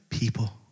people